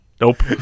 Nope